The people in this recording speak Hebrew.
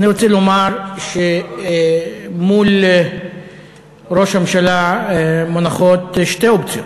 אני רוצה לומר שמול ראש הממשלה מונחות שתי אופציות: